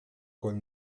coll